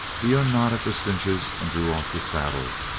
he unknotted the cinches and drew off the saddle,